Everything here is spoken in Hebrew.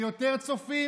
כשיש יותר צופים?